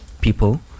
people